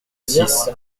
six